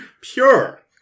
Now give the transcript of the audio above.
pure